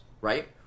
right